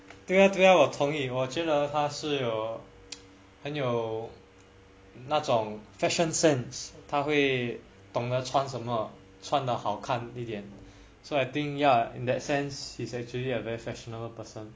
对呀对呀我同意我觉得他是有很有那种 fashion sense 会懂得穿什么穿得好看一点 so I think ya in that sense he is actually a very fashionable person